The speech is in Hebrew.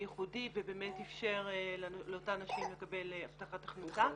ייחודי ובאמת איפשר לאותן נשים לקבל הבטחת הכנסה.